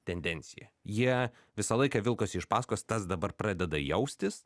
tendenciją jie visą laiką vilkosi iš pasakos tas dabar pradeda jaustis